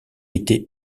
était